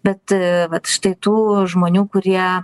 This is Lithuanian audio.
bet vat štai tų žmonių kurie